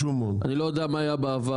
אני לא יודע מה היה בעבר,